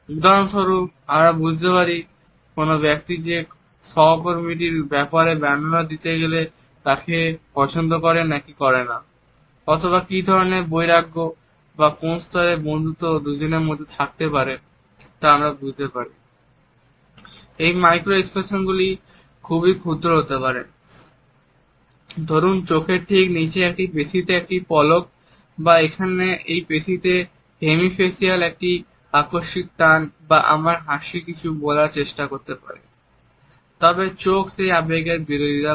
উদাহরণস্বরূপ আমরা বুঝতে পারি কোন ব্যক্তি যে সহকর্মীটির ব্যাপারে বর্ণনা দিলো তাকে পছন্দ করে নাকি করে এই মাইক্রো এক্সপ্রেশনগুলি খুবই ক্ষুদ্র হতে পারে ধরুন চোখের ঠিক নীচে একটি পেশীতে একটি পলক বা এখানে এই পেশীতে হেমি ফেসিয়াল একটি আকস্মিক টান বা আমার হাসিও কিছু বলার চেষ্টা করতে পারে তবে চোখ সেই আবেগের বিরোধিতা করে